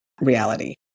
reality